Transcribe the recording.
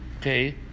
okay